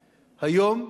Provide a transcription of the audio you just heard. היום,